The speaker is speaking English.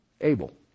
able